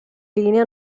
linea